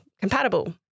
compatible